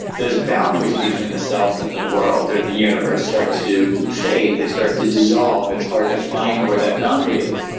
those boundaries between the self and the world or the universe start to fade and they start to dissolve, it's hard to find where that boundary is.